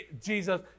Jesus